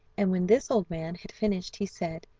and when this old man had finished he said,